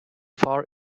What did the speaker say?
far